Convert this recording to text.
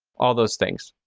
all those things.